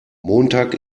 montag